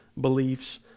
beliefs